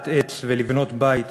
לטעת עץ ולבנות בית